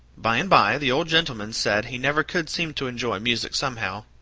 by and by the old gentleman said he never could seem to enjoy music somehow.